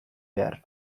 behar